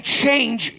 change